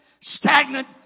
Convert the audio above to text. stagnant